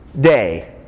day